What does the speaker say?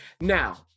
Now